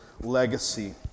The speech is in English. legacy